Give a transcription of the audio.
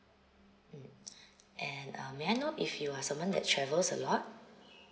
mm and um may I know if you are someone that travels a lot